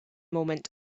moment